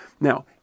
Now